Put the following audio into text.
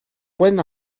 pueden